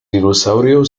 dinosaurio